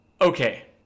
Okay